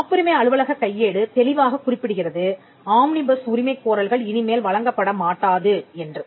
காப்புரிமை அலுவலகக் கையேடு தெளிவாகக் குறிப்பிடுகிறது ஆம்னிபஸ் உரிமைக் கோரல்கள் இனிமேல் வழங்கப்படமாட்டாது என்று